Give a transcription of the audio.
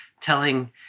Telling